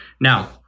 Now